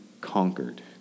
conquered